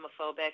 homophobic